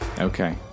Okay